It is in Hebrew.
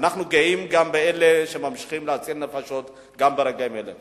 אנחנו גאים באלה שממשיכים להציל נפשות גם ברגעים אלה.